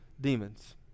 demons